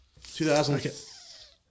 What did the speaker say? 2000